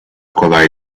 kolay